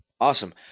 Awesome